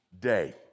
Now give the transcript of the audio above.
day